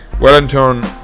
Wellington